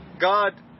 God